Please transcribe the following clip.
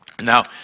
Now